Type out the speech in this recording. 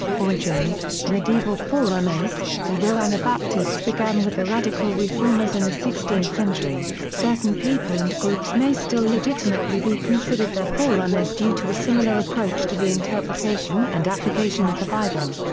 origins medieval forerunners although anabaptists began with the radical reformers in and the sixteenth century, certain people and groups may still legitimately be considered their forerunners due to a similar approach to the interpretation and application of the bible.